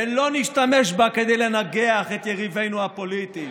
ולא נשתמש בה כדי לנגח את יריבינו הפוליטיים.